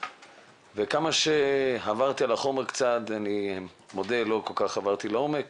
וכמה שעברתי על החומר, אני מודה לא ממש לעומק,